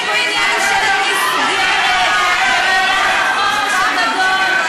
יש פה עניין של מסגרת במהלך החופש הגדול.